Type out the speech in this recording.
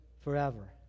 forever